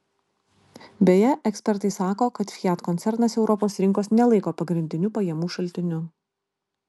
beje ekspertai sako kad fiat koncernas europos rinkos nelaiko pagrindiniu pajamų šaltiniu